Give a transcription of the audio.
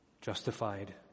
justified